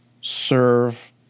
serve